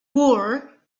war